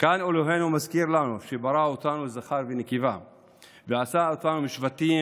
כאן אלוהינו מזכיר לנו שהוא ברא אותנו זכר ונקבה ועשה אותנו שבטים